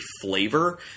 flavor